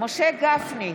משה גפני,